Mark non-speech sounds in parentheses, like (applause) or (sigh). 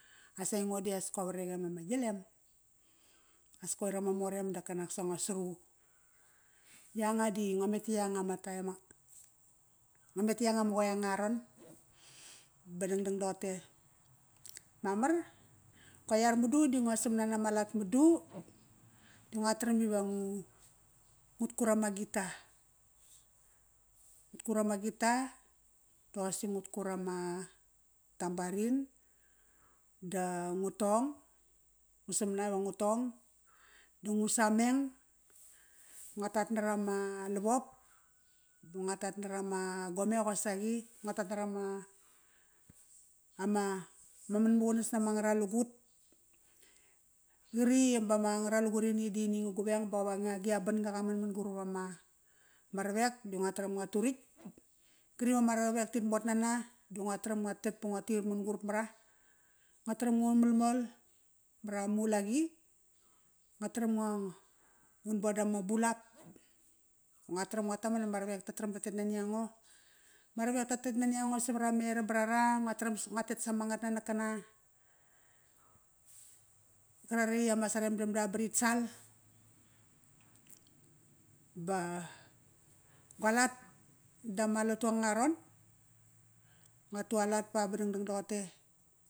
as aingo di as go vareqem amaglem. As koir ama mor em dap qanaksa ngo sru. Ianga di ngo min na ianga (unintelligible) ngo met ta ianga ma qoe anga ra ron ba dangdang toqote. Mamar, gua iar madu di ngua sama nama lat madu, ingua taram iva ngu (hesitation) ngut kut ama guitar. Ngut kut ama guitar, da dosaqi ngut kut ama tambourine, da ngu to’ong, ngu sama va ngu to’ong, da ngu sameng, ngua tat nara ma lavop, da ngua tat narama gome qosaqi, ngua tat narama ama manmaqunas nama ngaralugut, qri bama ngaralugurini da ini nga gueng baqop anga gi a banga qaman mangurap ama ravek di ngua taram ngua turaritk. Qari vama ravek rit mot nana, di ngua taram ngo tet ba ngua ti’ir mangurap mara. Ngua taram ngu malmol marama ulaqi. Ngua taram ngun bon dama bulap. Ngua taram ngua taram dama ravek ratet nani ango. Ma ravek ratet nani ango savat ama eram barara, ngua taram ngua tet sama ngatnanakana qarare i ama sare damda barit sal. Ba gualat latu angara ron, ngua tualat b aba dangdang tqote.